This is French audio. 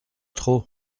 trop